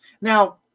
Now